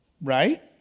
Right